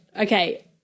Okay